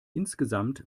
insgesamt